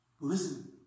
Listen